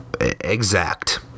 exact